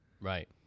Right